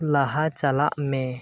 ᱞᱟᱦᱟ ᱪᱟᱞᱟᱜ ᱢᱮ